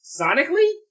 sonically